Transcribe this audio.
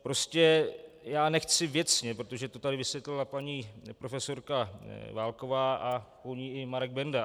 Prostě já nechci věcně, protože to tady vysvětlila paní profesorka Válková a po ní i Marek Benda.